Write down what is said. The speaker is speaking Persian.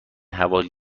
حوالی